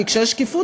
כי כשיש שקיפות,